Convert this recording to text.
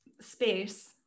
space